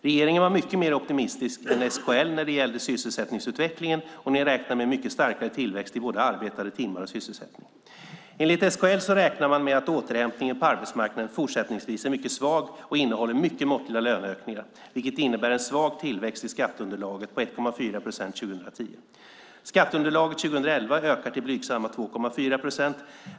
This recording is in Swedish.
Regeringen var mycket mer optimistisk än SKL när det gällde sysselsättningsutvecklingen och räknade med en mycket starkare tillväxt i både arbetade timmar och sysselsättning. SKL räknar med att återhämtningen på arbetsmarknaden fortsättningsvis är mycket svag med mycket måttliga löneökningar, vilket innebär en svag tillväxt i skatteunderlaget på 1,4 procent 2010. Skatteunderlaget 2011 ökar till blygsamma 2,4 procent.